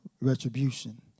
retribution